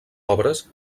obres